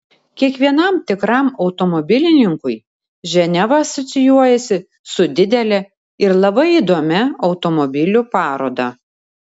kiekvienam tikram automobilininkui ženeva asocijuojasi su didele ir labai įdomia automobilių paroda